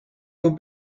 will